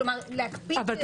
כלומר, למנוע זליגה .